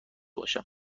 باشم